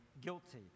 guilty